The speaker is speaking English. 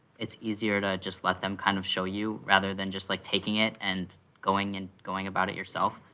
it's easier to just let them kind of show you, rather than just like taking it and going and going about it yourself.